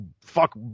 fuck